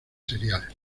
serial